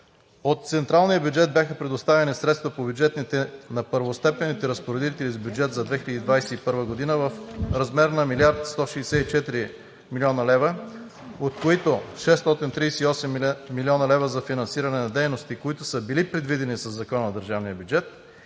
от централния бюджет бяха предоставени средства по бюджетите на първостепенните разпоредители с бюджет за 2021 г. в размер на милиард 164 млн. лв., от които 638 млн. лв. за финансиране на дейности, които са били предвидени със Закона за държавния бюджет,